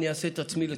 אני אעשה את עצמי לצחוק?